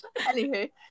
Anywho